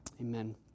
Amen